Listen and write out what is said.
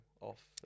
off